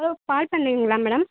hello பால் பண்ணைங்களா madam